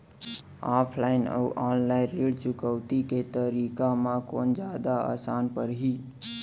Offline अऊ online ऋण चुकौती के तरीका म कोन जादा आसान परही?